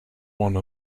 one